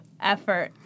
effort